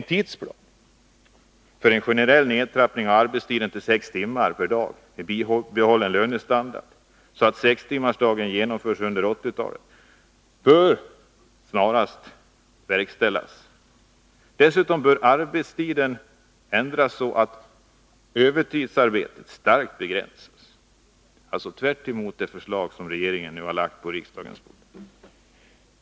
En tidsplan för en generell nedtrappning av arbetstiden till sex timmar per dag med bibehållen lönestandard, så att sextimmarsdagen genomförs under 1980-talet, bör snarast verkställas. Dessutom bör arbetstiden ändras så, att övertidsarbetet starkt begränsas — alltså tvärtemot det förslag som regeringen nu har lagt på riksdagens bord.